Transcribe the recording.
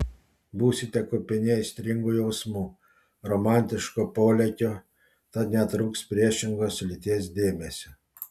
būsite kupini aistringų jausmų romantiško polėkio tad netrūks priešingos lyties dėmesio